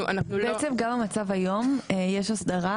גם במצב היום יש הסדרה,